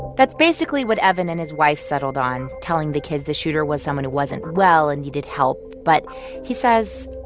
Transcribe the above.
that's basically what evan and his wife settled on, telling the kids the shooter was someone who wasn't well and needed help. but he says.